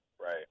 right